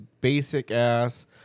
basic-ass